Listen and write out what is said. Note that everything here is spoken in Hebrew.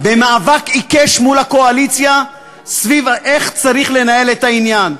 במאבק עיקש מול הקואליציה סביב איך צריך לנהל את העניין.